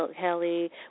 Kelly